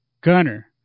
Gunner